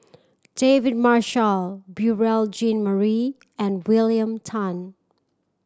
David Marshall Beurel Jean Marie and William Tan